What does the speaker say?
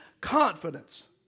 confidence